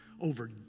over